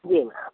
जी ma'am